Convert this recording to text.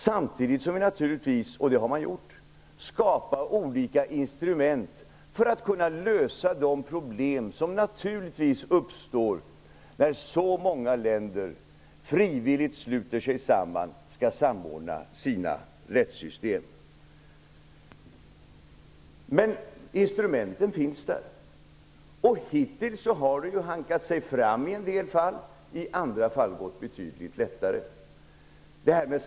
Man har skapat olika instrument för att lösa de problem som naturligtvis uppstår när så många länder frivilligt sluter sig samman och skall samordna sina rättssystem. Instrumenten finns alltså där. Hittills har det i en del fall hankat sig fram, i andra fall gått betydligt lättare.